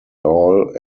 all